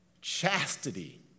chastity